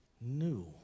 new